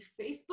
Facebook